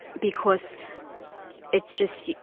because it's just,